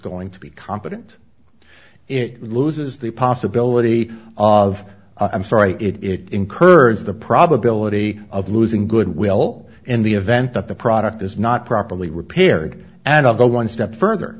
going to be competent it loses the possibility of i'm sorry it incurs the probability of losing goodwill in the event that the product is not properly repaired and i'll go one step further